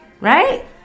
Right